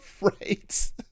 Right